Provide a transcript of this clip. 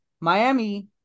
Miami